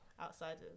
outsiders